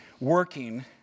working